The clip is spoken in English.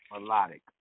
Melodic